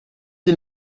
ils